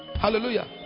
Hallelujah